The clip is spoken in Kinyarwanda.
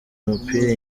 umupira